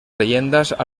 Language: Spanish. leyendas